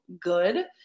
good